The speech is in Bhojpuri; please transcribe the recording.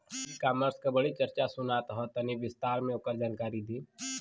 ई कॉमर्स क बड़ी चर्चा सुनात ह तनि विस्तार से ओकर जानकारी दी?